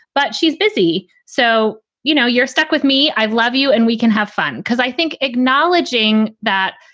but she's busy. so, you know, you're stuck with me. i love you. and we can have fun because i think acknowledging that,